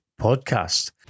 podcast